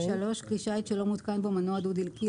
כלי שיט שלא מותקן בו מנוע דו-דלקי,